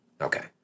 Okay